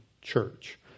church